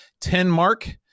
Tenmark